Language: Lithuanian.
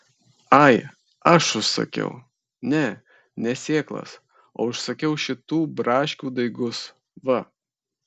ai aš užsakiau ne ne sėklas o užsakiau šitų braškių daigus va